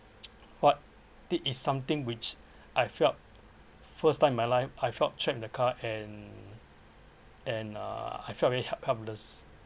what this is something which I felt first time in my life I felt trapped in the car and and uh I felt really help~ helpless